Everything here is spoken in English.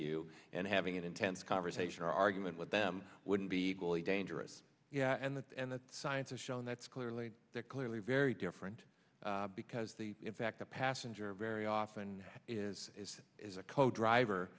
you and having an intense conversation or argument with them wouldn't be equally dangerous and that and that science has shown that's clearly clearly very different because the in fact a passenger very often is is a coach driver